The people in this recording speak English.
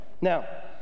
Now